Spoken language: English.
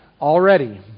Already